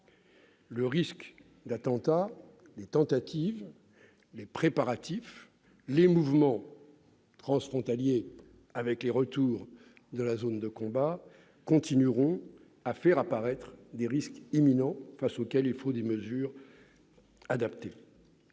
Le risque d'attentat, les tentatives, les préparatifs, les mouvements transfrontaliers avec les retours de la zone de combat continueront à faire apparaître des risques imminents face auxquels il faut des mesures adaptées.